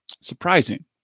surprising